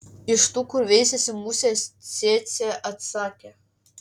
iš tų kur veisiasi musės cėcė atsakė